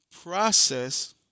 process